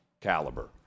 caliber